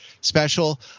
special